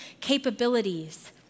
capabilities